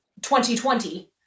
2020